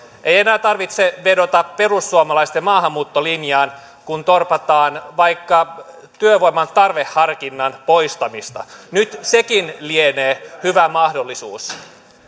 ei enää tarvitse vedota perussuomalaisten maahanmuuttolinjaan kun torpataan vaikka työvoiman tarveharkinnan poistamista nyt sekin lienee hyvä mahdollisuus